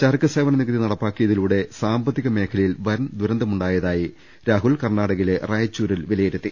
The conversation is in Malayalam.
ചരക്ക് സേവന നികുതി നടപ്പാക്കിയതിലൂടെ സാമ്പത്തിക മേഖലയിൽ വൻ ദുരന്തമുണ്ടാ യതായി രാഹുൽ കർണാടകയിലെ റായ്ചൂരിൽ വിലയിരുത്തി